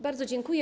Bardzo dziękuję.